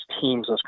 teams